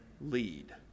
lead